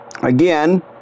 Again